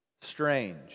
Strange